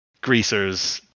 greasers